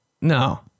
no